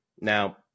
Now